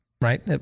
Right